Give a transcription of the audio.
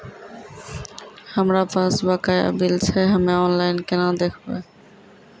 हमरा पास बकाया बिल छै हम्मे ऑनलाइन केना देखबै?